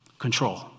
control